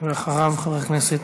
ואחריה,